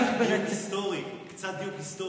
קצת דיוק היסטורי, קצת דיוק היסטורי.